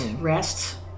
rest